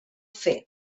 fer